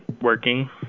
working